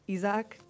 Isaac